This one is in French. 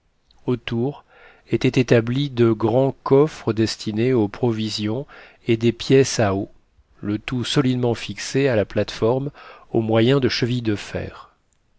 autour étaient établis de grands coffres destinés aux provisions et des pièces à eau le tout solidement fixé à la plate-forme au moyen de chevilles de fer